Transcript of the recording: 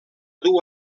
dur